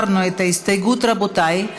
להלן: קבוצת סיעת הרשימה המשותפת.